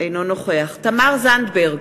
אינו נוכח תמר זנדברג,